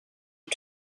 und